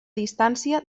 distància